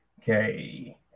Okay